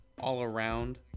all-around